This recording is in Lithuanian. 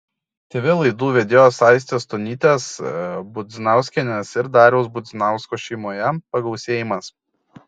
tv laidų vedėjos aistės stonytės budzinauskienės ir dariaus budzinausko šeimoje pagausėjimas